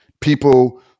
People